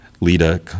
Lita